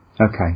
okay